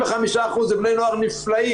95% זה בני נוער נפלאים,